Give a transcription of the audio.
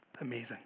Amazing